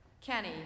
Kenny